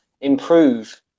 improve